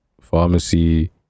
pharmacy